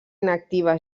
inactiva